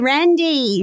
Randy